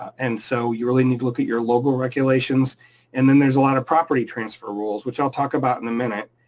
and so you really need to look at your local regulations and then there's a lot of property transfer rules which i'll talk about in a minute.